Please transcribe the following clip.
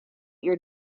your